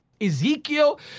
Ezekiel